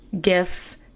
gifts